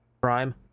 Prime